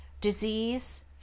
disease